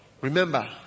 Remember